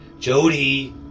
Jody